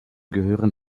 gehören